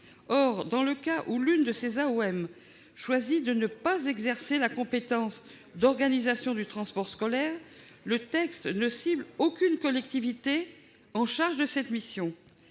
Or, dans le cas où l'une de ces AOM choisit de ne pas exercer la compétence d'organisation du transport scolaire, le texte ne cible aucune collectivité chargée de cette mission.